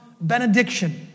benediction